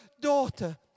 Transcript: Daughter